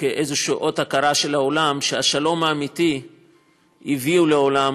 כאיזשהו אות הכרה של העולם שאת השלום האמיתי הביאו לעולם